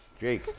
Jake